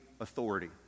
authority